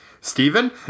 Stephen